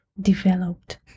developed